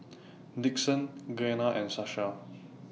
Dixon Gena and Sasha